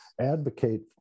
advocate